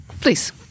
Please